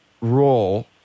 role